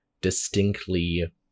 distinctly